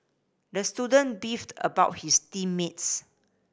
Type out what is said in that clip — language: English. the student beefed about his team mates